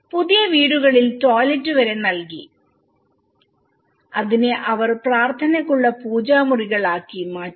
പുതിയ വീടുകളിൽ ടോയ്ലറ്റ് വരെ നൽകി അതിനെ അവർ പ്രാർത്ഥനക്കുള്ള പൂജാ മുറികൾ ആക്കി മാറ്റി